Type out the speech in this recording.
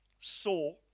saw